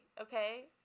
okay